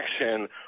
action